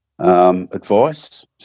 Advice